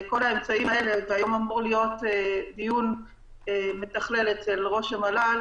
היום אמור להיות דיון מתכלל אצל ראש המל"ל,